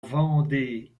vendée